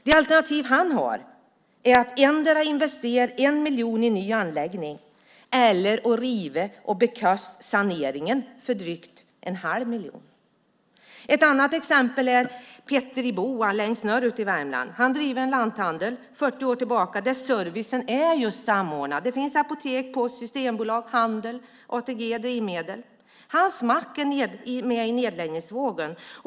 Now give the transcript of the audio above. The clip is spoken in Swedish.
Det alternativ handlaren har är att endera investera 1 miljon i en ny anläggning eller riva och bekosta saneringen för drygt 1⁄2 miljon. Ett annat exempel är Petter i Boa i Höljes längst upp i norra Värmland. Han driver en lanthandel sedan 40 år där servicen är just samordnad. Det finns apotek, post, systembolag, handel, ATG, drivmedel. Hans mack finns med i nedläggningsvågen.